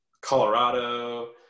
Colorado